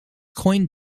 coined